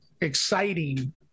exciting